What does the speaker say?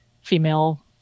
female